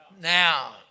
Now